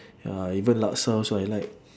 ya even laksa also I like